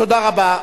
תודה רבה.